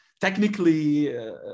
Technically